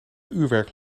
uurwerk